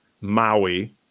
Maui